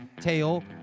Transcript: tail